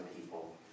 people